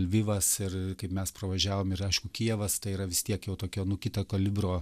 vivas ir kaip mes pravažiavom ir aišku kijevas tai yra vis tiek jau tokia nu kito kalibro